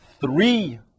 three